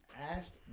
asked